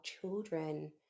children